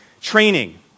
training